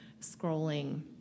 scrolling